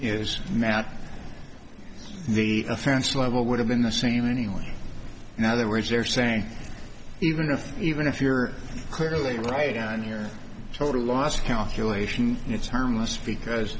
is mad the offense level would have been the same anyway and other words they're saying even if even if you're clearly right and here total loss calculation it's harmless because